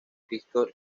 christoph